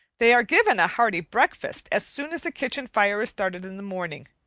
they are given a hearty breakfast as soon as the kitchen fire is started in the morning.